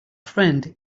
friend